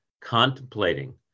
contemplating